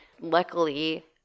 luckily